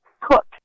cook